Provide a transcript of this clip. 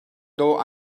though